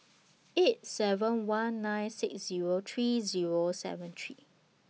eight seven one nine six Zero three Zero seven three